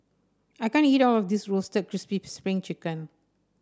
I can't eat all of this Roasted Crispy Spring Chicken